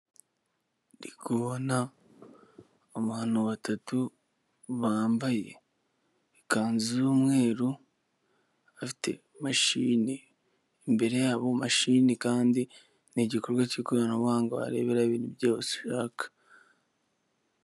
Ndi kubona abantu batatu bambaye ikanzu z'umweru bafite imashini imbere yabo mashini kandi ni igikorwa cy'ikoranabuhanga wareberaho ibintu byose ushaka.